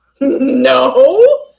No